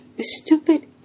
Stupid